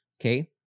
okay